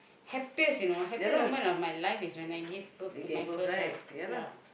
happiest you know happiest moment of my life is when I give birth to my first one ya